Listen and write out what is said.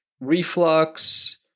reflux